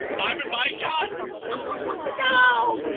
i'm in my god no,